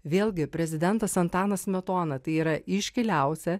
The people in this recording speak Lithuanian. vėlgi prezidentas antanas smetona tai yra iškiliausia